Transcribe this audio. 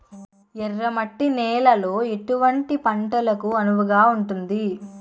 ఎర్ర మట్టి నేలలో ఎటువంటి పంటలకు అనువుగా ఉంటుంది?